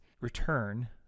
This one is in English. return